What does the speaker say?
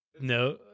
No